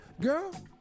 Girl